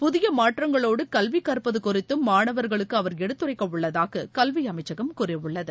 பதிய மாற்றங்களோடு கல்வி கற்பது குறித்தும் மாணவர்களுக்கு அவர் எடுத்துரைக்கவுள்ளதாக கல்வி அமைச்சகம் கூறியுள்ளது